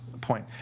point